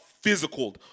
physical